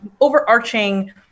overarching